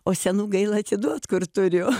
o senų gaila atiduot kur turiu